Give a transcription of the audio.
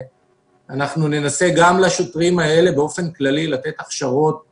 אנחנו ננסה גם לשוטרים האלה באופן כללי לתת הכשרות מתאימות,